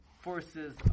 forces